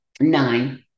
Nine